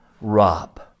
rob